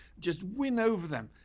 just win over them.